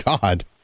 God